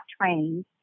trained